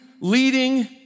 leading